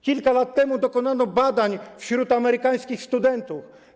Kilka lat temu dokonano badań wśród amerykańskich studentów.